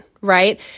Right